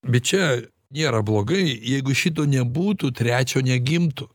bet čia nėra blogai jeigu šito nebūtų trečio negimtų